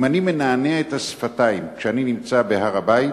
אם אני מנענע את השפתיים כשאני נמצא בהר-הבית,